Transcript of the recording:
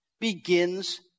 begins